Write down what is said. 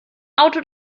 auto